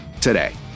today